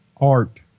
art